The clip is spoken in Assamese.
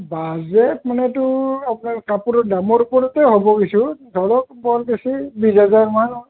বাজেট মানেটো আপোনাৰ কাপোৰৰ দামৰ ওপৰতে হ'ব কিছু ধৰক বৰ বেছি বিশ হাজাৰ মান